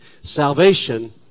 salvation